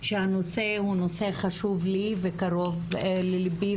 שהנושא הוא נושא חשוב לי וקרוב לליבי,